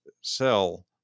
sell